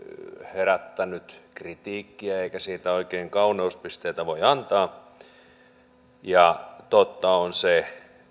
herättänyt kritiikkiä eikä siitä oikein kauneuspisteitä voi antaa ja totta on se että